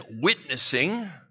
witnessing